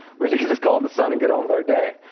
we should should just call it the sun and get on with our day.